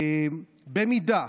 במידה,